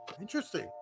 Interesting